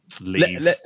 leave